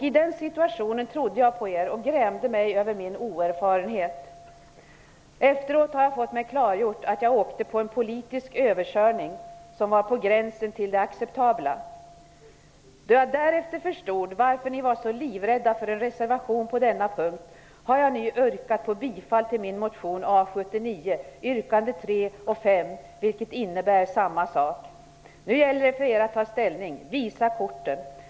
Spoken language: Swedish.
I den situationen trodde jag på er och grämde mig över min oerfarenhet. Efteråt har man gjort klart för mig att jag åkte på en politisk överkörning som låg på gränsen till det oacceptabla. Då jag därefter förstod varför ni var så livrädda för en reservation på denna punkt, har jag nu yrkat bifall till min motion A79, yrkandena 3 och 5, som innebär samma sak. Nu gäller det för er att ta ställning och visa korten.